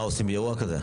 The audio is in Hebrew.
מה עושים באירוע כזה.